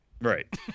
Right